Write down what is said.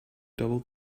double